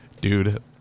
Dude